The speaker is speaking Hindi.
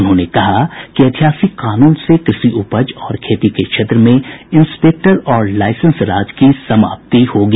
उन्होंने कहा कि ऐतिहासिक कानून से कृषि उपज और खेती के क्षेत्र में इंस्पेक्टर और लाइसेंस राज की समाप्ति होगी